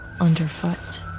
underfoot